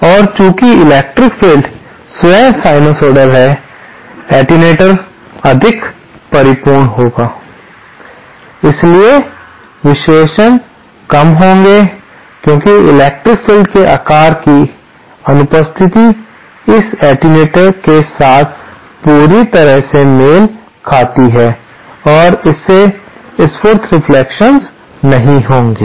और चूंकि electric field स्वयं साइनसॉइडल है एटेन्यूएटर अधिक परिपूर्ण होगा इसलिए विक्षेपण कम होंगे क्योंकि इलेक्ट्रिक फील्ड के आकार की अनुपस्थिति इस एटेन्यूएटर के साथ पूरी तरह से मेल खाती है और इससे स्फ़ूर्त रेफ्लेक्शंस नहीं होंगे